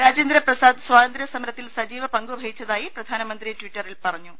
രാജേന്ദ്രപ്രസാദ് സ്വാതന്ത്ര്യസമര ത്തിൽ സജീവ പങ്കു വഹിച്ചതായി പ്രധാനമന്ത്രി ടിറ്ററിൽ പറഞ്ഞു